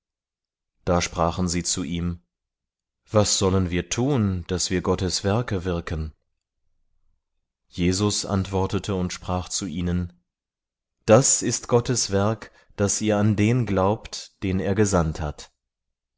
da sprachen sie zu ihm was sollen wir tun daß wir gottes werke wirken jesus antwortete und sprach zu ihnen das ist gottes werk daß ihr an den glaubt den er gesandt hat